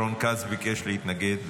רון כץ ביקש להתנגד.